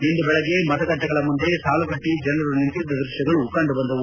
ಇಂದು ಬೆಳ್ಗೆ ಮತಗಟ್ಟಿಗಳ ಮುಂದೆ ಸಾಲುಗಟ್ಟಿ ಜನರು ನಿಂತಿದ್ದ ದೃಶ್ವಗಳು ಕಂಡುಬಂದವು